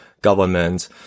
government